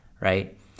right